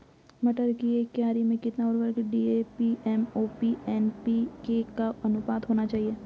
मटर की एक क्यारी में कितना उर्वरक डी.ए.पी एम.ओ.पी एन.पी.के का अनुपात होना चाहिए?